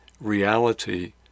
reality